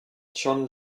john